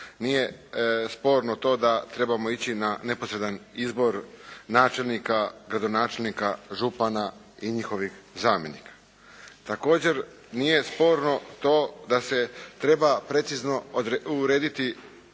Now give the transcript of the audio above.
nije sporno to da trebamo ići na neposredan izbor načelnika, gradonačelnika, župana i njihovih zamjenika. Također nije sporno to da se treba precizno urediti